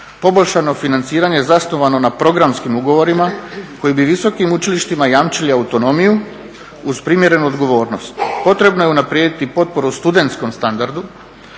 poboljšano financiranje zasnovano na programskim ugovorima koji bi visokim učilištima jamčili autonomiju uz primjerenu odgovornost. Potrebno je unaprijediti potporu studentskom standardu